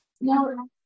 No